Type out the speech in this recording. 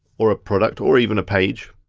or product, or even a page,